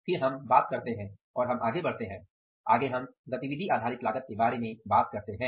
फिर हम बात करते हैं आगे हम गतिविधि आधारित लागत के बारे में बात करते हैं